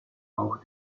auch